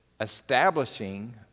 establishing